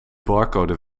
barcode